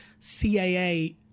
CAA